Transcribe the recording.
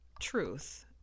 truth